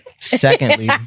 Secondly